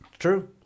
True